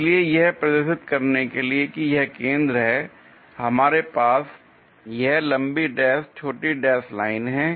इसलिए यह प्रदर्शित करने के लिए कि यह केंद्र है हमारे पास यह लंबी डैश छोटी डैश लाइनें हैं